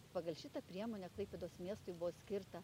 pagal šitą priemonę klaipėdos miestui buvo skirta